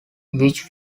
which